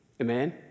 Amen